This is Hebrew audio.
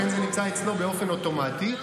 לכן זה נמצא אצלו באופן אוטומטי.